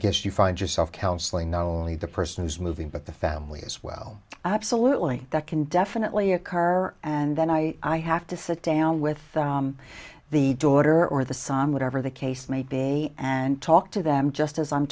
guess you find yourself counseling now really the person who's moving but the family as well absolutely that can definitely occur and then i i have to sit down with the daughter or the son whatever the case may be and talk to them just as i'm